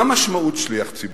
מה משמעות שליח ציבור?